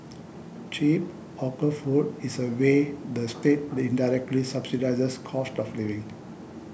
cheap hawker food is a way the state the indirectly subsidises cost of living